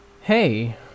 Hey